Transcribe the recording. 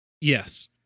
Yes